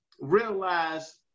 realize